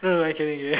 no no no kidding kidding